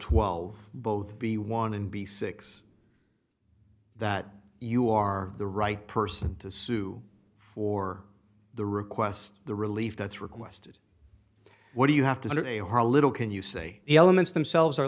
twelve both be one and be six that you are the right person to sue for the request the relief that's requested what do you have to say are little can you say the elements themselves are